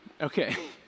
Okay